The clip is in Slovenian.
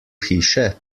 hiše